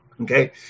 Okay